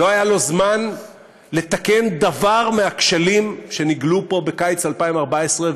לא היה לו זמן לתקן דבר מהכשלים שנגלו פה בקיץ 2014,